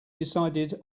decided